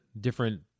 different